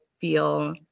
feel